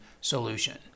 solution